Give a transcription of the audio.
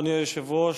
אדוני היושב-ראש,